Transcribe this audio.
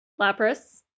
Lapras